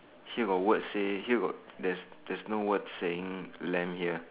here got word say here got there's there's no word saying lamb here